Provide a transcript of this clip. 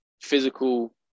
physical